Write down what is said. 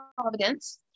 Providence